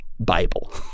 Bible